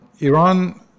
Iran